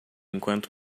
enquanto